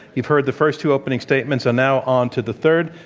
you've heard the first two opening statements and now on to the third.